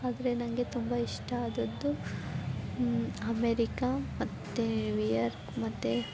ಆದರೆ ನನಗೆ ತುಂಬ ಇಷ್ಟ ಆದದ್ದು ಅಮೇರಿಕಾ ಮತ್ತೆ ವಿಯಾರ್ಕ್ ಮತ್ತೆ